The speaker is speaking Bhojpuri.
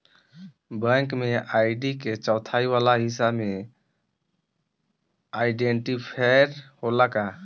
बैंक में आई.डी के चौथाई वाला हिस्सा में आइडेंटिफैएर होला का?